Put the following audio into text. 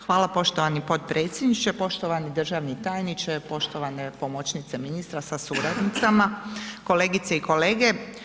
Hvala poštovani potpredsjedniče, poštovani državni tajniče, poštovane pomoćnice ministre sa suradnicima, kolegice i kolege.